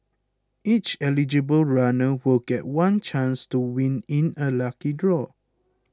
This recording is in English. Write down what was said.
each eligible runner will get one chance to win in a lucky draw